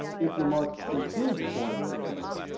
if your mark includes a foreign word or phrase,